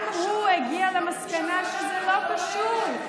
גם הוא הגיע למסקנה שזה לא קשור,